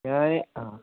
ഞാന് ആ